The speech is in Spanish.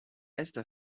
esta